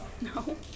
No